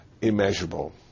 immeasurable